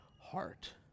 heart